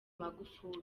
magufuli